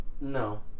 No